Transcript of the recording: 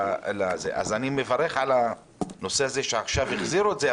לכן אני מברך על כך שעכשיו החזירו את זה,